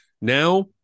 Now